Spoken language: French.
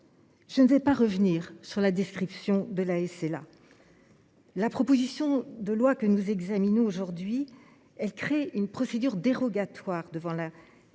Je ne reviendrai pas sur la description de la SLA. La proposition de loi que nous examinons aujourd’hui crée une procédure dérogatoire devant la MDPH